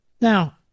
Now